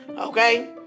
Okay